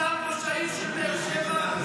טל אל על, סגן ראש העיר של באר שבע, הביא את זה.